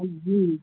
जी